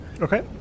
Okay